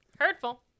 Hurtful